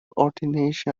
ordination